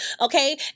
Okay